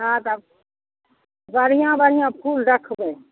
हँ तऽ बढ़िआँ बढ़िआँ फूल रखबै